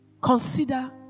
Consider